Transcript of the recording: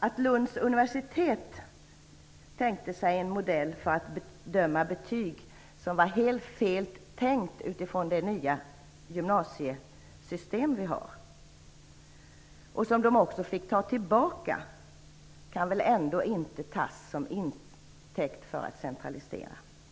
Att Lunds universitet tänkte sig en modell för att bedöma betyg, vilken var helt feltänkt utifrån det nya gymnasiesystemet och som man också fick ta tillbaka, kan väl ändå inte tas till intäkt för en centralisering?